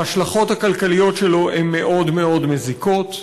ההשלכות הכלכליות שלו הן מאוד מאוד מזיקות.